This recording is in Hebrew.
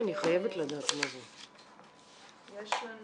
יש לנו